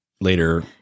later